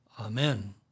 Amen